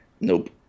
nope